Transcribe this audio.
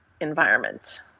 environment